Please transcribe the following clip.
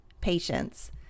patience